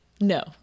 No